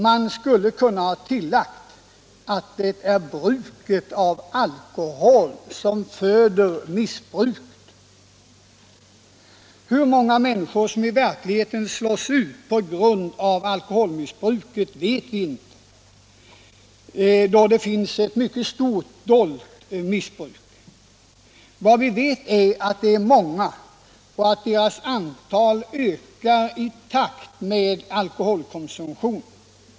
Man skulle ha kunnat tillägga att det är bruket av alkohol som föder missbruket. Hur många människor som i verkligheten slås ut på grund av alkoholmissbruk vet vi inte, då det finns ett mycket stort dolt missbruk. Vad vi vet är att det är många och att deras antal ökar i takt med alkoholkonsumtionen.